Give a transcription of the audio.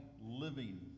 living